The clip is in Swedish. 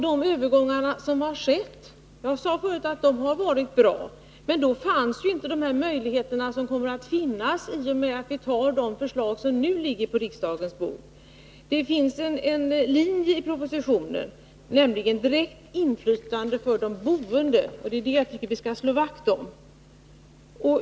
De övergångar som skett har varit bra, men då fanns ju inte de möjligheter som kommer att finnas i och med att vi antar de förslag som nu ligger på riksdagens bord. Det finns en bestämd linje i propositionen, nämligen direkt inflytande för de boende. Det tycker jag att vi skall slå vakt om.